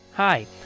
Hi